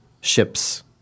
ships